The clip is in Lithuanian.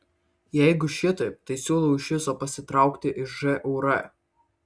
jeigu šitaip tai siūlau iš viso pasitraukti iš žūr